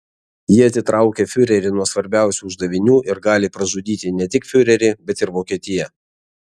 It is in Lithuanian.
ji atitraukė fiurerį nuo svarbiausių uždavinių ir gali pražudyti ne tik fiurerį bet ir vokietiją